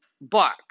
bark